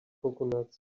coconuts